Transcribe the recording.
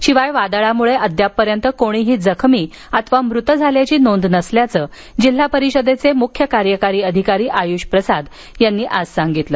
शिवाय वादळामूळं अद्यापपर्यंत कोणीही जखमी अथवा मृत झाल्याची नोंद नसल्याचं जिल्हा परिषदेचे मूख्य कार्यकारी अधिकारी आयूष प्रसाद यांनी सांगितलं